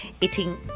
eating